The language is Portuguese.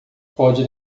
pode